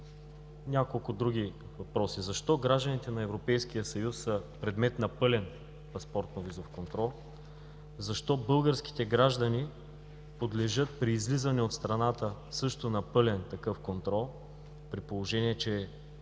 няколко други въпроса: защо гражданите на Европейския съюз са предмет на пълен паспортно-визов контрол? Защо българските граждани подлежат при излизане от страната също на пълен такъв контрол, при положение че,